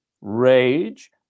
rage